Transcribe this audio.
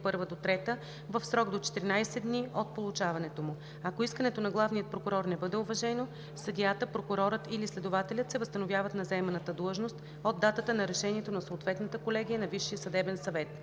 на ал. 1 – 3 в срок до 14 дни от получаването му. Ако искането на главния прокурор не бъде уважено, съдията, прокурорът или следователят се възстановява на заеманата длъжност от датата на решението на съответната колегия на Висшия съдебен съвет.